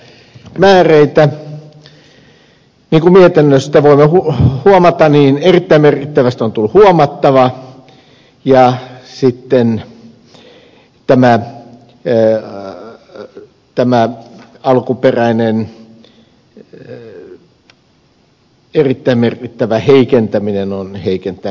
niin kuin mietinnöstä voimme huomata niin erittäin merkittävästä on tullut huomattava ja sitten tämä alkuperäinen erittäin merkittävä heikentäminen on heikentää merkittävästi